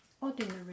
ordinary